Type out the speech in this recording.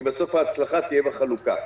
כי בסוף ההצלחה תהיה בחלוקה.